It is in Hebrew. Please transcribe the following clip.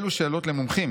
אלו שאלות למומחים